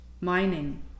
Mining